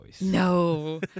No